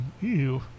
Ew